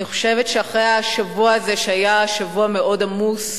אני חושבת שאחרי השבוע הזה, שהיה שבוע מאוד עמוס,